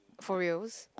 for reals